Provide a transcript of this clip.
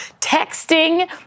texting